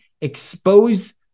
expose